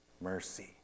mercy